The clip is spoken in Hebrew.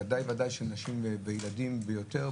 בוודאי ובוודאי של נשים וילדים ויותר,